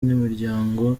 n’imiryango